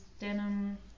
denim